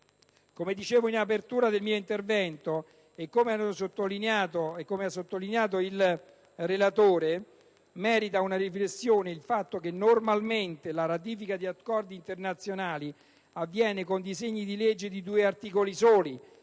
Come dicevo in apertura del mio intervento, e come ha sottolineato il relatore, merita una riflessione il fatto che normalmente la ratifica di accordi internazionali avviene con disegni di legge di due articoli soli,